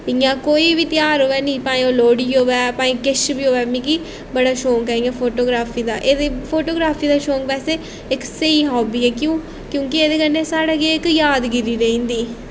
इ'यां कोई बी ध्यार होऐ नी भाएं ओह् लोह्ड़ी होऐ भाएं किश बी होऐ मिगी बड़ा शौंक ऐ इयां' फोटग्राफी दा फोटोग्राफी दा शौंक बैसे इक स्हेई हाबी ऐ क्यों क्योंकि एह्दे कन्नै साढ़ा इक यादगिरी रेही जंदी